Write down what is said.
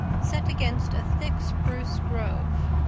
set against a thick spruce grove.